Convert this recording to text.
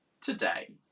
today